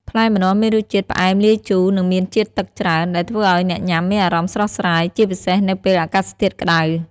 ផ្លែម្នាស់មានរសជាតិ ផ្អែមលាយជូរ និងមានជាតិទឹកច្រើន ដែលធ្វើឱ្យអ្នកញ៉ាំមានអារម្មណ៍ស្រស់ស្រាយ ជាពិសេសនៅពេលអាកាសធាតុក្តៅ។